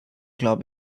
glaub